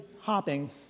hopping